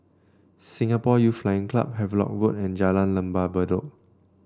Singapore Youth Flying Club Havelock Road and Jalan Lembah Bedok